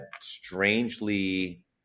strangely